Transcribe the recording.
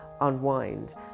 unwind